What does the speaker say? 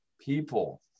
people